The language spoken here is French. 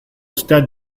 stade